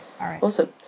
awesome